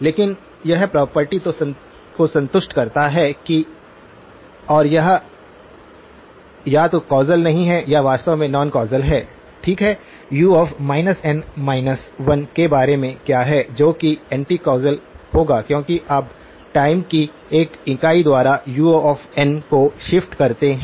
लेकिन यह प्रॉपर्टी को संतुष्ट करता है कि और यह या तो कौसल नहीं है यह वास्तव में नॉन कौसल है ठीक और u n 1 के बारे में क्या है जो कि एंटी कौसल होगा क्योंकि आप टाइम की 1 इकाई द्वारा un को शिफ्ट करते हैं